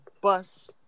bus